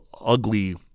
ugly